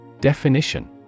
Definition